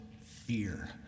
fear